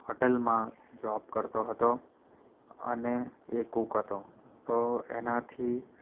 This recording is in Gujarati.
હોટલમાં જોબ કરતો હતો અને એ કુક હતો તો એનાથી